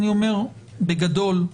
בגדול,